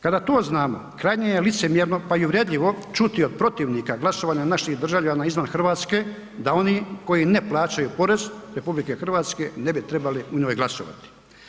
Kada to znamo, krajnje je licemjerno pa i uvredljivo čuti od protivnika glasovanja naših državljana izvan Hrvatske da oni koji ne plaćaju porez RH ne bi trebali u njoj glasovati.